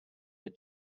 her